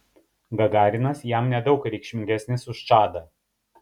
gagarinas jam nedaug reikšmingesnis už čadą